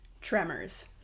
Tremors